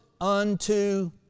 unto